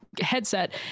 headset